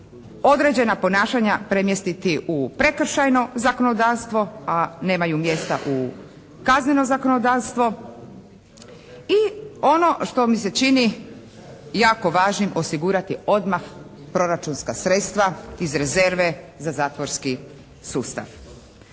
određena ponašanja premjestiti u prekršajno zakonodavstvo, a nemaju mjesta u kazneno zakonodavstvo i ono što mi se čini jako važnim, osigurati odmah proračunska sredstva iz rezerve za zatvorski sustav.